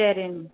సరే అండి